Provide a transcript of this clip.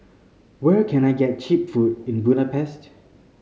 where can I get cheap food in Budapest